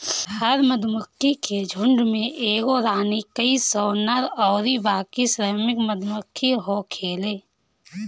हर मधुमक्खी के झुण्ड में एगो रानी, कई सौ नर अउरी बाकी श्रमिक मधुमक्खी होखेले